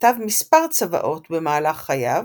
כתב מספר צוואות במהלך חייו,